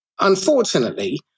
Unfortunately